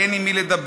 אין עם מי לדבר,